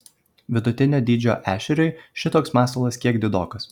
vidutinio dydžio ešeriui šitoks masalas kiek didokas